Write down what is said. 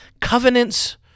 covenants